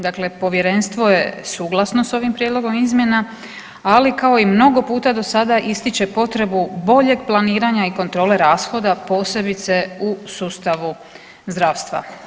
Dakle Povjerenstvo je suglasno s ovim prijedlogom izmjena, ali kao i mnogo puta do sada ističe potrebu boljeg planiranja i kontrole rashoda, posebice u sustavu zdravstva.